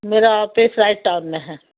मेरा office right town में है